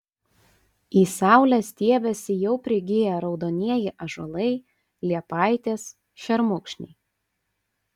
į saulę stiebiasi jau prigiję raudonieji ąžuolai liepaitės šermukšniai